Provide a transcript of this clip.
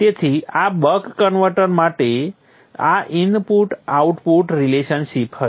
તેથી આ buck converter માટે આ ઇનપુટ આઉટપુટ રિલેશનશિપ હશે